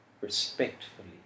respectfully